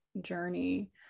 journey